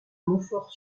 montfort